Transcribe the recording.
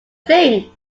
thing